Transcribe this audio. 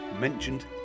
Mentioned